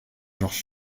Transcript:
georges